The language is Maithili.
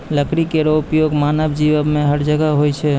लकड़ी केरो उपयोग मानव जीवन में हर जगह होय छै